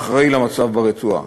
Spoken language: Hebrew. שאחראי למצב ברצועה.